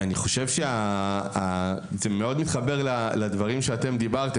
אני חושב שזה מאוד מתחבר לדברים שאתם דיברתם,